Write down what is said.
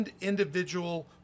individual